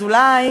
אז אולי,